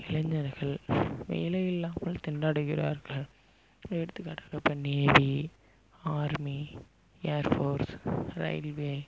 இளைஞர்கள் வேலையில்லாமல் திண்டாடுகிறார்கள் எடுத்துக்காட்டாக இப்போது நேவி ஆர்மீ ஏர்போர்ஸ் இரயில்வே